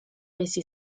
mesi